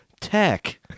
Tech